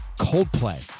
Coldplay